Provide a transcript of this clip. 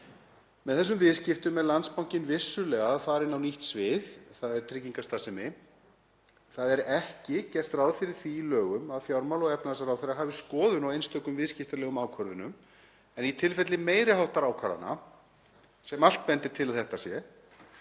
Með þessum viðskiptum er Landsbankinn vissulega að fara inn á nýtt svið, þ.e. tryggingastarfsemi. Það er ekki gert ráð fyrir því í lögum að fjármála- og efnahagsráðherra hafi skoðun á einstökum viðskiptalegum ákvörðunum en í tilfelli meiri háttar ákvarðana, sem allt bendir til að þetta sé,